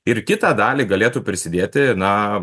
ir kitą dalį galėtų prisidėti na